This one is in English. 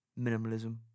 minimalism